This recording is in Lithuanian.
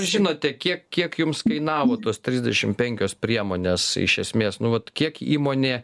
žinote kiek kiek jums kainavo tos trisdešimt penkios priemonės iš esmės nu vat kiek įmonė